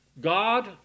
God